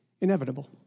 inevitable